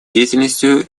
деятельностью